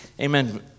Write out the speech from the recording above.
Amen